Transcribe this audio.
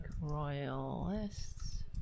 royalists